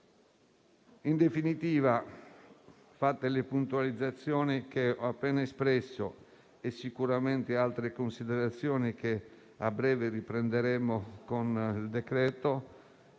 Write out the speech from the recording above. In definitiva, fatte le puntualizzazioni che ho appena espresso e sicuramente altre considerazioni che a breve riprenderemo, i senatori